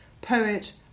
poet